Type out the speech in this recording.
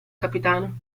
capitano